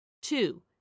Two